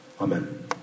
Amen